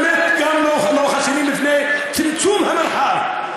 באמת, גם הם לא חסינים בפני צמצום המרחב.